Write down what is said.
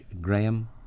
Graham